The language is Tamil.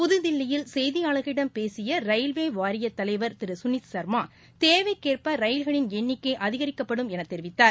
புதுதில்லியில் செய்தியாளர்களிடம் பேசிய ரயில்வே வாரியத்தலைவர் திரு சுனீத் சர்மா தேவைக்கேற்ப ரயில்களின் எண்ணிக்கை அதிகரிக்கப்படும் என தெரிவித்தார்